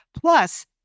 plus